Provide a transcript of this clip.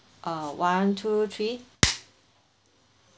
uh one two three